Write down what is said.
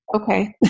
Okay